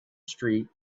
street